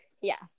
Yes